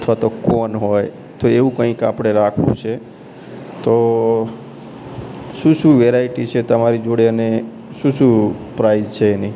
અથવા તો કોન હોય તો એવું કંઇક આપણે રાખવું છે તો શું શું વેરાયટી છે તમારી જોડે અને શું શું પ્રાઇસ છે એની